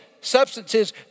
substances